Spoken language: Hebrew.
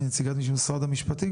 מנציגת משרד המשפטים,